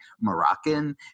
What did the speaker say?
Moroccan